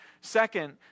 Second